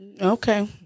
Okay